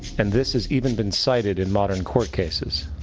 and this has even been cited in modern court cases.